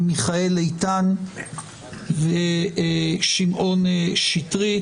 מיכאל איתן ושמעון שטרית.